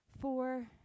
four